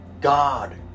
God